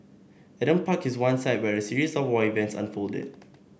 Adam Park is one site where a series of war events unfolded